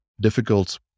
difficult